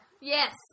Yes